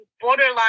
borderline